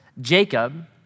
Jacob